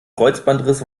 kreuzbandriss